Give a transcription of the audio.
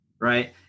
right